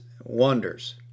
wonders